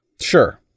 Sure